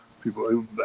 People